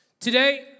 Today